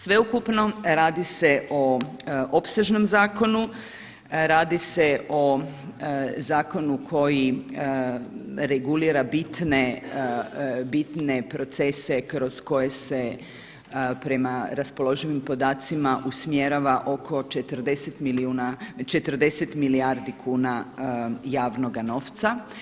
Sveukupno radi se o opsežnom zakonu, radi se o zakonu koji regulira bitne procese kroz koje se prema raspoloživim podacima usmjerava oko 40 milijardi kuna javnoga novca.